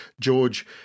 George